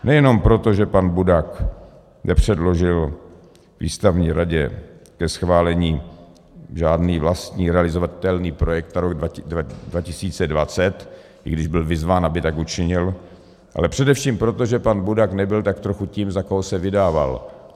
Nejenom proto, že pan Budak nepředložil výstavní radě ke schválení žádný vlastní realizovatelný projekt na rok 2020, i když byl vyzván, aby tak učinil, ale především proto, že pan Budak nebyl tak trochu tím, za koho se vydával.